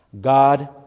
God